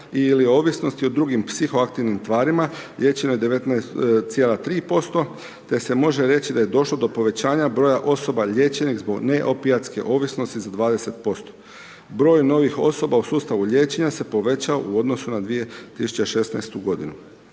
ili ovisnosti o drugim psihoaktivnim tvarima liječeno je 19,3% te se može reći da je došlo do povećanja broja osoba liječenih zbog neopijatske ovisnost za 20%. Broj novih osoba u sustavu liječenja se povećao u odnosu na 2016. g.